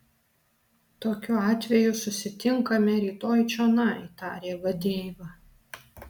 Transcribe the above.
tokiu atveju susitinkame rytoj čionai tarė vadeiva